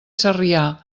sarrià